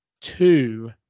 two